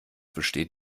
besteht